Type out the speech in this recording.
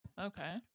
okay